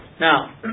Now